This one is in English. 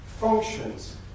functions